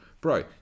Bro